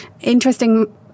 Interesting